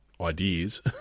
ideas